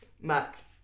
Max